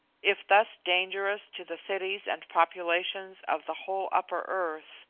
if thus dangerous to the cities and populations of the whole upper earth,